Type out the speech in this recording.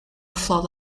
flawed